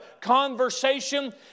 conversation